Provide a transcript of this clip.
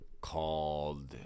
Called